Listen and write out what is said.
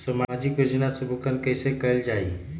सामाजिक योजना से भुगतान कैसे कयल जाई?